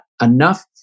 enough